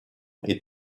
est